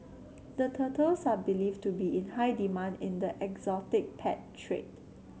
the turtles are believed to be in high demand in the exotic pet trade